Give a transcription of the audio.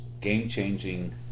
game-changing